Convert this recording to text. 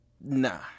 Nah